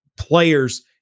players